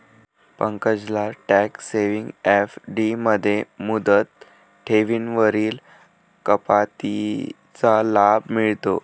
पंकजला tax saving FD मध्ये मुदत ठेवींवरील कपातीचा लाभ मिळतो